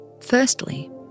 Firstly